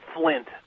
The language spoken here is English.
Flint